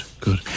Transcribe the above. good